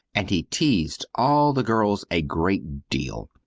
and he teased all the girls a great deal.